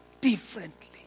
differently